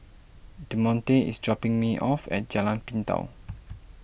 Demonte is dropping me off at Jalan Pintau